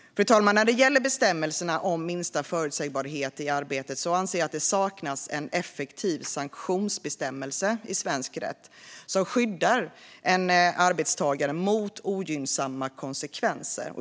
Fru talman! När det gäller bestämmelserna om minsta förutsägbarhet i arbetet anser jag att det saknas en effektiv sanktionsbestämmelse i svensk rätt som skyddar en arbetstagare mot ogynnsamma konsekvenser.